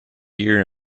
gear